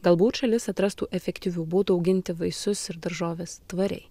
galbūt šalis atrastų efektyvių būdų auginti vaisius ir daržoves tvariai